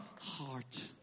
heart